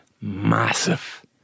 massive